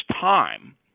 time